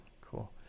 Cool